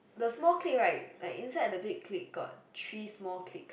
the clip right like inside the big clip got three small clips